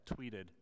tweeted